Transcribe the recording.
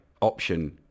option